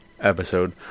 episode